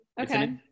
Okay